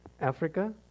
africa